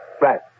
Right